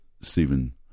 Stephen